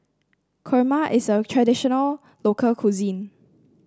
kurma is a traditional local cuisine